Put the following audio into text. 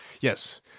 Yes